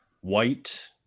White